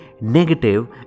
negative